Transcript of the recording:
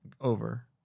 Over